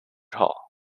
hall